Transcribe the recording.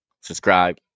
subscribe